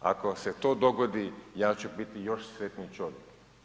Ako se to dogodi, ja ću biti još sretniji čovjek.